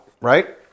right